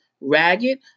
ragged